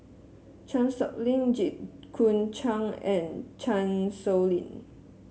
Chan Sow Lin Jit Koon Ch'ng and Chan Sow Lin